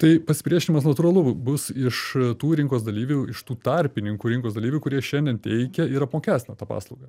tai pasipriešinimas natūralu bus iš tų rinkos dalyvių iš tų tarpininkų rinkos dalyvių kurie šiandien teikia ir apmokestina tą paslaugą